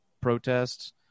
protests